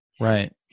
right